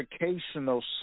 educational